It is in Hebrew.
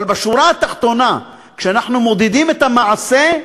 אבל בשורה התחתונה, כשאנחנו מודדים את המעשה,